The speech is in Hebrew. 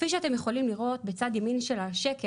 כפי שאתם יכולים לראות בצד ימים השקף,